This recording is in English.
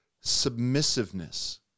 submissiveness